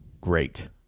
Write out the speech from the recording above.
great